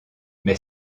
mais